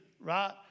right